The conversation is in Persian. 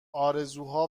آرزوها